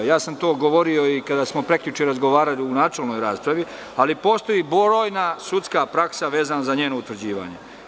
To sam govorio i kada smo prekjuče razgovarali u načelnoj raspravi, ali postoji brojna sudska praksa vezana za njeno utvrđivanje.